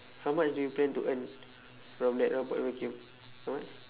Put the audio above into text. how much do you plan to earn from that robot vacuum how much